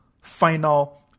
final